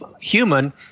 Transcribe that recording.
human